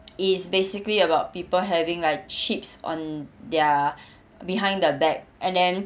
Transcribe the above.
it is basically about people having like chips on their behind the back and then